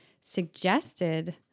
suggested